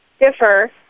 differ